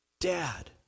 Dad